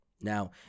Now